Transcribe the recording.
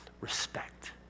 respect